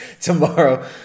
Tomorrow